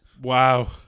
Wow